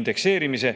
indekseerimise.